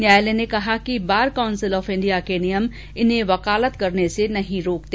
न्यायालयने कहा कि bar council of India के नियम इन्हें वकालत करने से नहीं रोकते